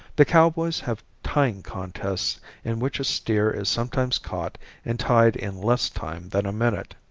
the cowboys have tying contests in which a steer is sometimes caught and tied in less time than a minute.